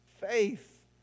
faith